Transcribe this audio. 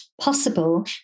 possible